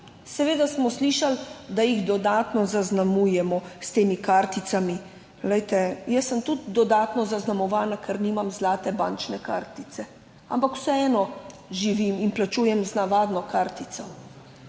seveda slišali, da jih dodatno zaznamujemo s temi karticami. Glejte, jaz sem tudi dodatno zaznamovana, ker nimam zlate bančne kartice, ampak vseeno živim in plačujem z navadno kartico.